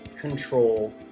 control